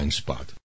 spot